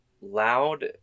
loud